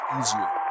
easier